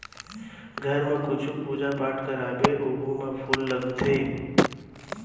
घर म कुछु पूजा पाठ करवाबे ओहू म फूल लागथे